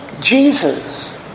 Jesus